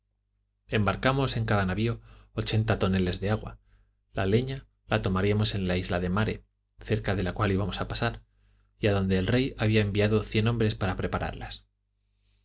embarcamos en cada navio ochenta toneles de agua la leña la tomaríamos en la isla de mare cerca de la cual íbamos a pasar y adonde el rey había enviado cien hombres para prepararla